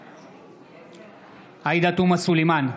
בעד עאידה תומא סלימאן,